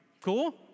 Cool